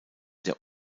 der